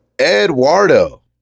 Eduardo